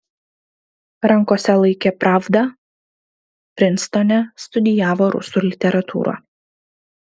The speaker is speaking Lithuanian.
rankose laikė pravdą prinstone studijavo rusų literatūrą